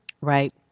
right